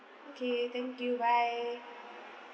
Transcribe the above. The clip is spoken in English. okay thank you bye